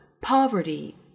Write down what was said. poverty